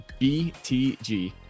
BTG